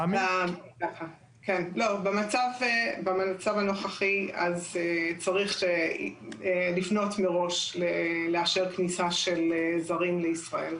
במצב הנוכחי צריך לפנות מראש לאשר כניסה של זרים לישראל.